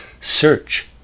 search